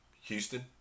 Houston